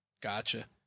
Gotcha